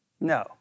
No